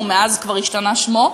ומאז כבר השתנה שמו,